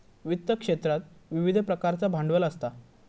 वित्त क्षेत्रात विविध प्रकारचा भांडवल असता